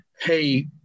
Hey